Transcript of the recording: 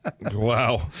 Wow